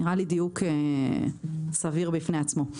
נראה לי דיוק סביר בפני עצמו.